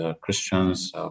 christians